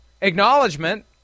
acknowledgement